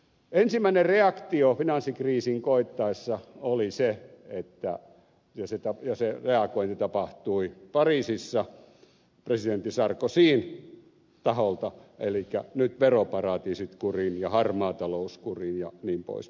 ensimmäinen reaktio finanssikriisin koittaessa oli se ja se reagointi tapahtui pariisissa presidentti sarkozyn taholta elikkä nyt veroparatiisit kuriin ja harmaa talous kuriin jnp